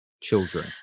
children